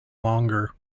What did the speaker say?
longer